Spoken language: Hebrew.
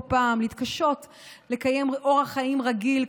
לא פעם להתקשות לקיים אורח חיים רגיל,